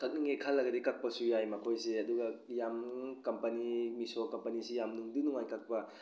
ꯀꯛꯅꯤꯡꯑꯦ ꯈꯜꯂꯒꯗꯤ ꯀꯛꯄꯁꯨ ꯌꯥꯏ ꯃꯈꯣꯏꯁꯦ ꯑꯗꯨꯒ ꯌꯥꯝ ꯀꯝꯄꯅꯤ ꯃꯤꯁꯣ ꯀꯝꯄꯅꯤꯁꯤ ꯌꯥꯝ ꯅꯨꯡꯗꯤ ꯅꯨꯡꯉꯥꯏ ꯀꯛꯄ